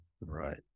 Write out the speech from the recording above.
Right